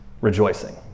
rejoicing